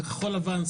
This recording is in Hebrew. כחול-לבן,